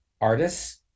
artists